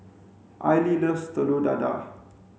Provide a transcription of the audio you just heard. aili loves telur dadah